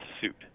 suit